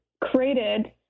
created